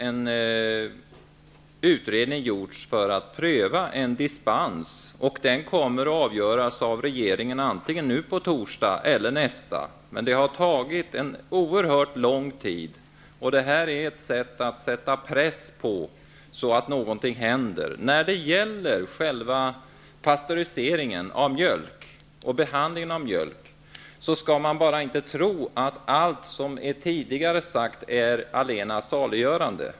En utredning har gjorts för att pröva en dispens, och ärendet kommer att avgöras av regeringen antingen nu på torsdag eller nästa vecka. Det har tagit en oerhört lång tid. Detta är ett sätt att sätta press på regeringen så att någonting händer. När det gäller själva pastöriseringen av mjölk och behandlingen av mjölk skall man inte tro att allt som tidigare är sagt är allena saliggörande.